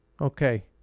okay